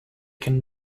can